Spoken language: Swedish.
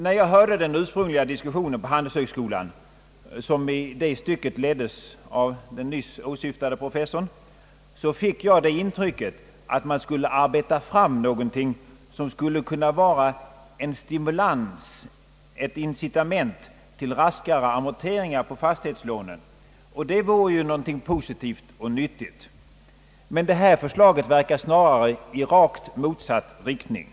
När jag hörde den ursprungliga diskussionen på handelshögskolan — som i det avseendet leddes av den nyss åsyftade professorn — fick jag det intrycket att man tänkte arbeta fram någonting som skulle kunna vara en stimulans, ett incitament till raskare amorteringar på fastighetslånen. Det vore ju någonting positivt och nyttigt. Men nu föreliggande förslag verkar snarare i rakt motsatt riktning.